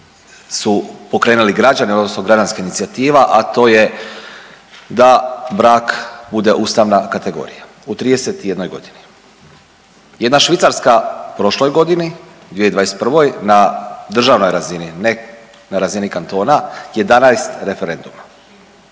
su pokrenuli građani odnosno građanska inicijativa, a to je da brak bude ustavna kategorija u 31 godini. Jedna Švicarska u prošloj godini 2021. na državnoj razini, ne na razini kantona 11 referenduma